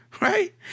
Right